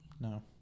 No